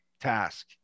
task